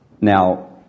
Now